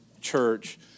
church